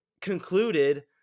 concluded